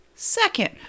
second